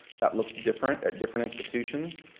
that looks different at different institutions,